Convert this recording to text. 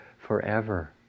forever